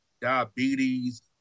diabetes